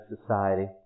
society